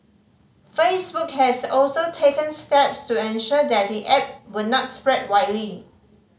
Facebook has also taken steps to ensure that the app would not spread widely